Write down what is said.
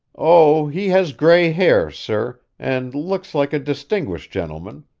oh, he has gray hair, sir, and looks like a distinguished gentleman,